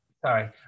sorry